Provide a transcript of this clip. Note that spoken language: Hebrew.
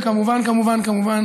וכמובן כמובן כמובן